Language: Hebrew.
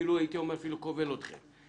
אפילו הייתי אומר כובל אתכם.